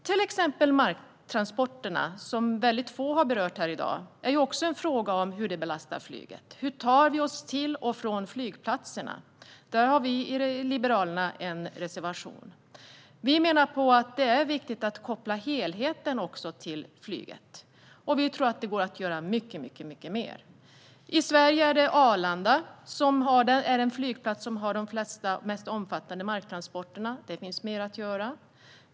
Till exempel är marktransporterna, som få har berört här i dag, också en fråga om hur det belastar flyget. Hur tar vi oss till och från flygplatserna? Där har vi i Liberalerna en reservation. Vi menar att det är viktigt att se helheten i relation till flyget. Det går att göra mycket mer. I Sverige är Arlanda den flygplats som har de mest omfattande marktransporterna. Där finns det mer att göra.